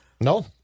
No